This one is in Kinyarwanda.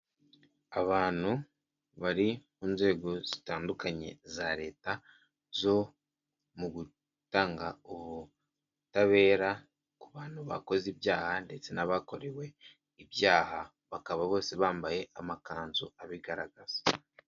Abantu bari mu nzego zitandukanye za leta zo mu gutanga ubutabera ku bantu bakoze ibyaha ndetse n'abakorewe ibyaha bakaba bose bambaye amakanzu abigaragaza.